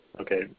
okay